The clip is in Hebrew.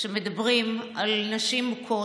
מדברים על נשים מוכות.